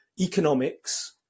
economics